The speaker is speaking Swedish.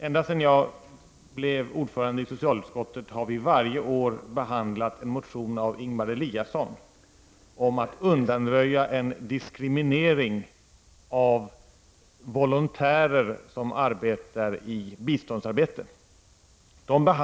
Ända sedan jag blev ordförande i socialutskottet har vi varje år behandlat en motion av Ingemar Eliasson om att undanröja en diskriminering av volontärer i biståndsarbete.